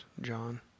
John